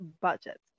budget